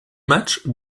matchs